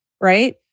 right